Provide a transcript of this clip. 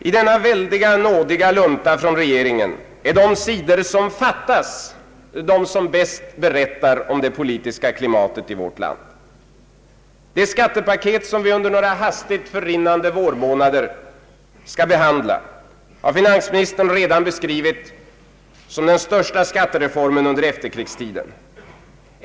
I denna väldiga nådiga lunta från regeringen är de sidor som fattas, de som bäst berättar om det politiska klimatet i vårt land. Det skattepaket som vi under några hastigt förrinnande vårmånader skall behandla har finansministern redan beskrivit som den största skattereformen under efterkrigstiden.